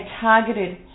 targeted